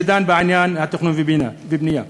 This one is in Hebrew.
שדן בעניין התכנון והבנייה.